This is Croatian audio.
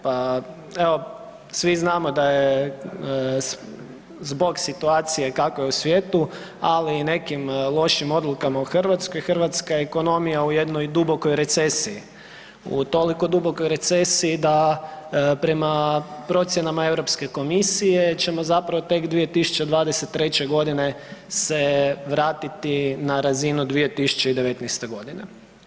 Pa evo svi znamo da je zbog situacije kakva je u svijetu, ali i nekim lošim odlukama u Hrvatskoj hrvatska ekonomija u jednoj dubokoj recesiji, u toliko dubokoj recesiji da prema procjenama Europske komisije ćemo zapravo tek 2023. godine se vratiti na razinu 2019. godine.